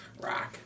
Rock